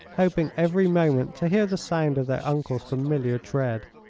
hoping every moment to hear the sound of their uncle's familiar tread.